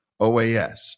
OAS